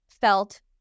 felt